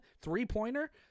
three-pointer